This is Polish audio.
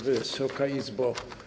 Wysoka Izbo!